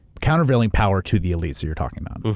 countervailing power to the elites that you're talking about